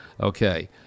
Okay